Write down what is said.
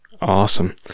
awesome